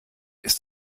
ist